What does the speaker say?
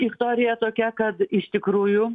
istorija tokia kad iš tikrųjų